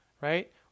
right